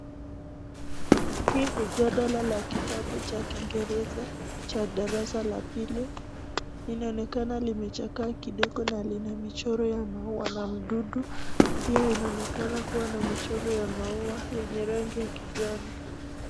Hii ni jadala ya kitabu cha kingereza cha darasa la pili, inaonekana limechakaa kidogo na lina michoro ya maua na dudu, pia inaonekana kuwa na michoro ya maua yenye rangi ya kijani.